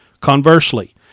Conversely